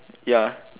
ya